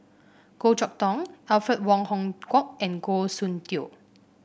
Goh Chok Tong Alfred Wong Hong Kwok and Goh Soon Tioe